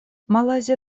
малайзия